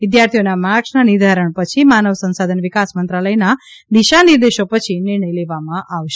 વિદ્યાર્થીઓના માર્કસના નિર્ધારણ પછી માનવ સંશાધન વિકાસ મંત્રાલયના દિશા નિર્દેશો પછી નિર્ણય લેવામાં આવશે